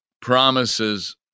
Promises